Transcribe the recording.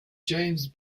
james